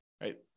right